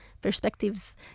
Perspectives